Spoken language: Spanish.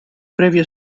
previo